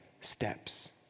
steps